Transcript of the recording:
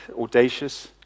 audacious